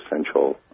essential